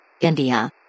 India